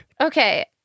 Okay